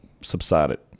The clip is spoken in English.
subsided